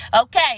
Okay